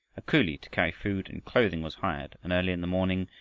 a coolie to carry food and clothing was hired, and early in the morning,